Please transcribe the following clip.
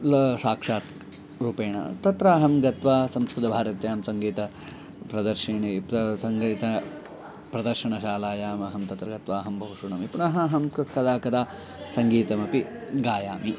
ला साक्षात् रूपेण तत्र अहं गत्वा संस्कृतभारत्यां सङ्गीतप्रदर्शिनी प्र सङ्गीतप्रदर्शनशालायाम् अहं तत्र गत्वा अहं बहु शृणोमि पुनः अहं कति कदा कदा सङ्गीतमपि गायामि